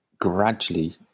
gradually